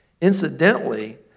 incidentally